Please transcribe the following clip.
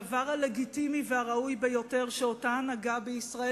הדבר הלגיטימי והראוי ביותר שההנהגה בישראל